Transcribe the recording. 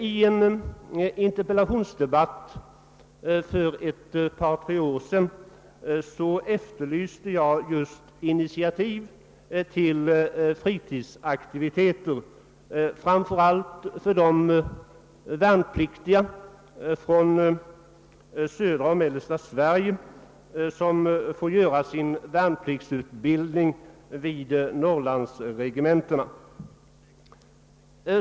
I en interpellationsdebatt för ett par, tre år sedan efterlyste jag initiativ till fritidsaktiviteter framför allt för de värnpliktiga från södra och mellersta Sverige som får sin värnpliktsutbildning vid norrlandsregementena.